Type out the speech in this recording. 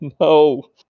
no